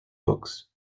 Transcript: books